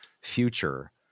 future